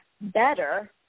better –